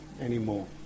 anymore